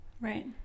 right